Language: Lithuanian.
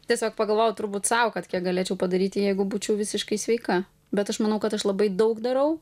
tiesiog pagalvoju turbūt sau kad kiek galėčiau padaryti jeigu būčiau visiškai sveika bet aš manau kad aš labai daug darau